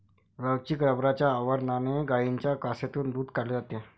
लवचिक रबराच्या आवरणाने गायींच्या कासेतून दूध काढले जाते